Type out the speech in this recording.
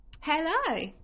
hello